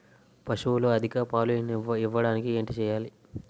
పశువులు అధిక పాలు ఇవ్వడానికి ఏంటి చేయాలి